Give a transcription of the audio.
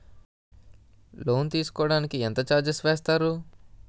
Loan తీసుకోడానికి ఎంత charges వేస్తారు?